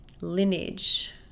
lineage